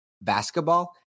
basketball